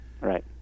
Right